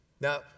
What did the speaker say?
Now